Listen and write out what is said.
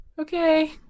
Okay